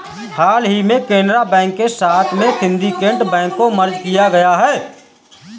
हाल ही में केनरा बैंक के साथ में सिन्डीकेट बैंक को मर्ज किया गया है